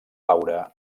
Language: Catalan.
laura